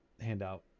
handout